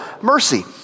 mercy